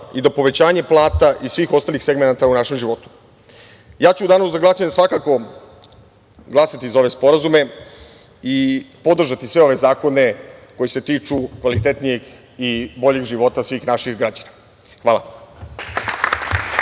i do povećanje plata i svih ostalih segmenata u našem životu. Ja ću u danu za glasanje, svakako, glasati za ove sporazume i podržati sve ove zakone koji se tiču kvalitetnijeg i boljeg života svih naših građana. Hvala.